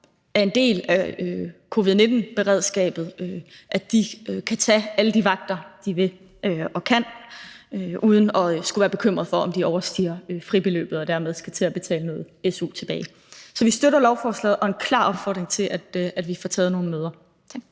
er en del af covid-19-beredskabet – kan tage alle de vagter, de vil og kan, uden at skulle være bekymret for, om de overstiger fribeløbet og dermed skal til at betale noget su tilbage. Så vi støtter lovforslaget og sender en klar opfordring til, at vi får taget nogle møder.